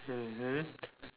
mmhmm